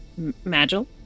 Magil